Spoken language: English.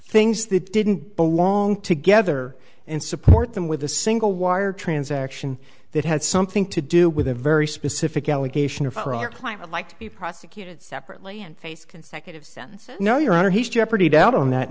things that didn't belong together and support them with a single wire transaction that had something to do with a very specific allegation or for our climate like to be prosecuted separately and face consecutive sense no your honor his jeopardy doubt on that